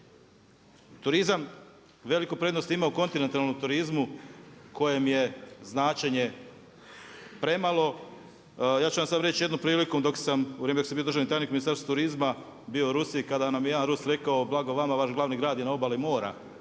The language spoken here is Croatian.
Turizam veliku prednost ima u kontinentalnom turizmu kojem je značenje premalo. Ja ću vam sad reći jednom prilikom dok sam bio državni tajnik Ministarstva turizma bio u Rusiji i kada nam je jedan Rus rekao blago vama vaš glavni grad je na obali mora.